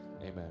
amen